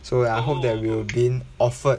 so that I hope that we will been offered